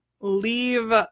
leave